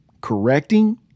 correcting